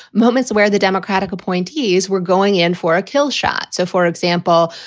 moments where the democratic appointees were going in for a kill shot. so, for example,